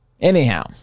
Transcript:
Anyhow